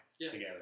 together